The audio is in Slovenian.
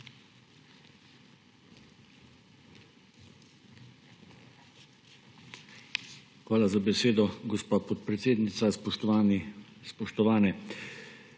Hvala za besedo, gospa podpredsednica. Spoštovani,